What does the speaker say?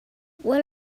what